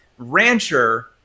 rancher